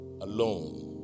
alone